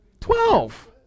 Twelve